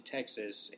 Texas